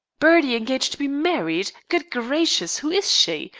bertie engaged to be married! good gracious! who is she?